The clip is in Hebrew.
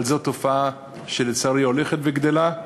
אבל זאת תופעה שלצערי הולכת וגדלה,